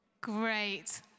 Great